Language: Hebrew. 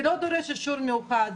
זה לא דורש אישור מיוחד,